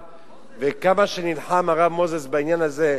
וכמה שהרב מוזס נלחם בעניין הזה,